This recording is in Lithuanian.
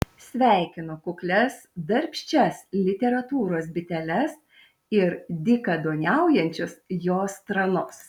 sveikinu kuklias darbščias literatūros biteles ir dykaduoniaujančius jos tranus